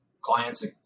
clients